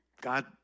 God